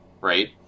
Right